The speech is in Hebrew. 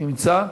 נמצא?